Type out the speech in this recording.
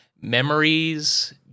Memories